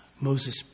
Moses